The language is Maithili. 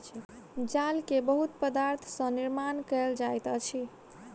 जाल के बहुत पदार्थ सॅ निर्माण कयल जाइत अछि